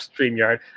StreamYard